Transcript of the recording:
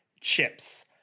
chips